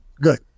Good